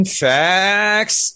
facts